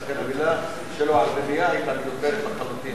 ולכן המלה שלו על רמייה היתה מיותרת לחלוטין.